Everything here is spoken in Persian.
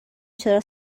چرا